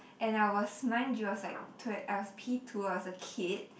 and I was mind you I was like tw~ I was P two I was a kid